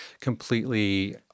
completely